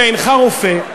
שאינך רופא,